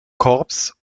korps